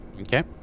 Okay